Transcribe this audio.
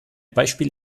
beispiel